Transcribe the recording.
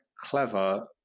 clever